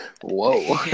Whoa